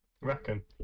Reckon